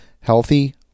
healthy